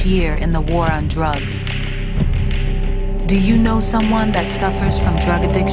year in the war on drugs do you know someone that suffers from trying to t